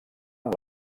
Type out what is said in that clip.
amb